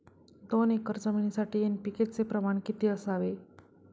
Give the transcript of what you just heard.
दोन एकर जमीनीसाठी एन.पी.के चे प्रमाण किती असावे?